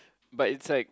but it's like